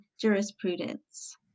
jurisprudence